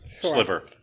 Sliver